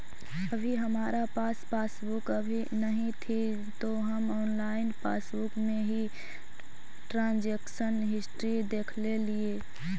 अभी हमारा पास पासबुक नहीं थी तो हम ऑनलाइन पासबुक में ही ट्रांजेक्शन हिस्ट्री देखलेलिये